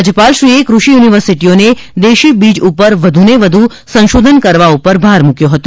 રાજ્યપાલશ્રીએ કૃષિ યુનિવર્સિટીઓને દેશી બીજ ઉપર વધુને વધુ સંશોધન કરવા પર ભાર મૂક્યો હતો